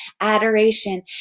adoration